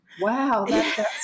Wow